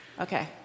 Okay